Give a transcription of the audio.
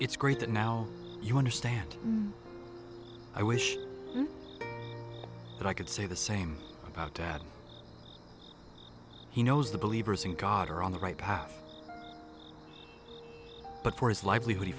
it's great that now you understand i wish that i could say the same about dad he knows the believers in god are on the right path but for his livelihood he